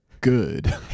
good